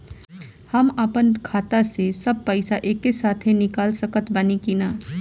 हम आपन खाता से सब पैसा एके साथे निकाल सकत बानी की ना?